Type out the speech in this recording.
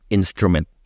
Instrument